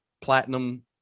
platinum